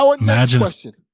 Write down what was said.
imagine